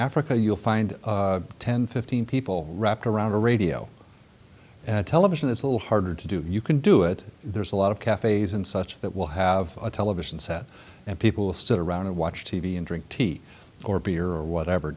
africa you'll find ten fifteen people wrapped around a radio television is a little harder to do you can do it there's a lot of cafes and such that will have a television set and people will sit around and watch t v and drink tea or beer or whatever